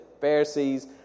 Pharisees